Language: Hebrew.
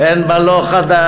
אין בה לא חדש,